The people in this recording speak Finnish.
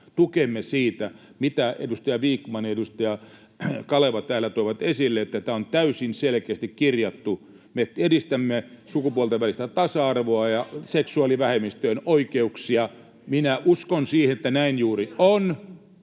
tukemme siitä, mitä edustaja Vikman ja edustaja Kaleva täällä toivat esille, että tämä on täysin selkeästi kirjattu: me edistämme sukupuolten välistä tasa-arvoa ja seksuaalivähemmistöjen oikeuksia. [Sofia Vikman: Näin se on,